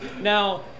Now